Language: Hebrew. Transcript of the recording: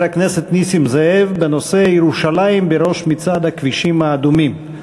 הכנסת נסים זאב בנושא: ירושלים בראש מצעד הכבישים האדומים.